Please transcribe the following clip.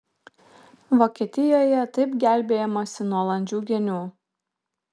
vokietijoje taip gelbėjamasi nuo landžių genių